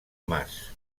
mas